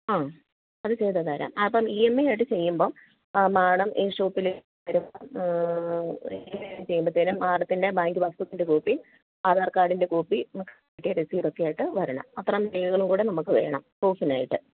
അ അത് ചെയ്തു തരാം അപ്പോൾ ഇ എം ഐ ആയിട്ട് ചെയ്യുമ്പോൾ ആ മാഡം ഈ ഷോപ്പിൽ വരുമ്പം ഇങ്ങനെയൊക്കെ ചെയ്യുമ്പോത്തേനും മാഡത്തിൻ്റെ ബാങ്ക് പാസ്സുബുക്കിൻ്റെ കോപ്പി ആധാർ കാർഡിൻ്റെ കോപ്പി മറ്റേ റെസീതൊക്കെ ആയിട്ട് വരണം അത്രയും രേഖകളും കൂടെ നമുക്ക് വേണം പ്രൂഫിനായിട്ട്